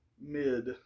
Mid